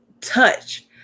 touch